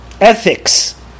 ethics